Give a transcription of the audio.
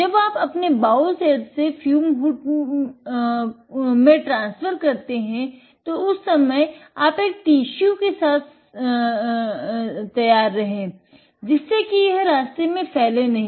जब आप अपने बाउल सेट से फ्यूम हुड में परिवर्तन करते है तो उस समय आप एक टिश्यू के साथ तैयार रहे जिससे कि यह रास्ते में फैले नही